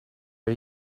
are